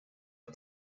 are